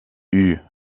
eut